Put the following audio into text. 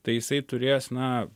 tai jisai turės na